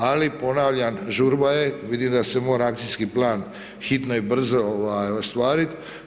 Ali ponavljam žurba je, vidim da se mora akcijski plan, hitno i brzo ostvariti.